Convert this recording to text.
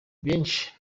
benshi